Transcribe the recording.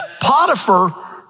Potiphar